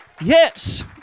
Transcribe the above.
Yes